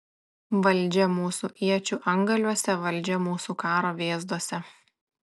valdžia mūsų iečių antgaliuose valdžia mūsų karo vėzduose